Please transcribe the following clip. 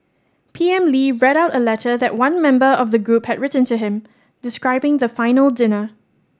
P M Lee read out a letter that one member of the group had written to him describing the final dinner